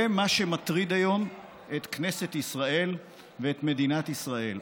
זה מה שמטריד היום את כנסת ישראל ואת מדינת ישראל,